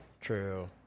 True